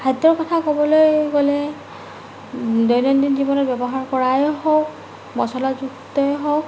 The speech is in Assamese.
খাদ্যৰ কথা ক'বলৈ গ'লে দৈনন্দিন জীৱনত ব্যৱহাৰ কৰায়ে হওক মচলাযুক্তই হওক